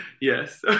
yes